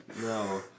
No